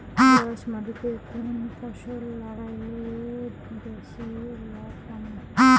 দোয়াস মাটিতে কুন ফসল লাগাইলে বেশি লাভ পামু?